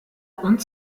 und